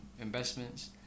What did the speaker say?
investments